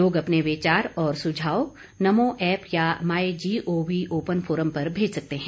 लोग अपने विचार और सुझाव नमो ऐप या माई जीओवी ओपन फोरम पर भेज सकते हैं